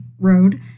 road